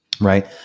right